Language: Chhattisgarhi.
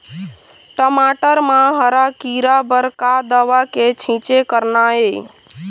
टमाटर म हरा किरा बर का दवा के छींचे करना ये?